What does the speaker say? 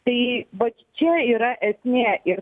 tai vat čia yra esmė ir